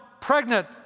pregnant